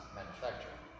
manufacturer